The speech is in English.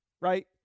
right